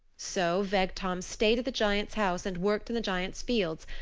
so vegtam stayed at the giant's house and worked in the giant's fields,